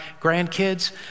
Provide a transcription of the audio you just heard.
grandkids